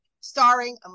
starring